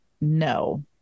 no